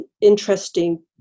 interesting